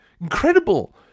incredible